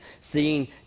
seeing